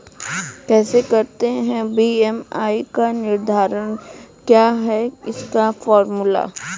कैसे करते हैं बी.एम.आई का निर्धारण क्या है इसका फॉर्मूला?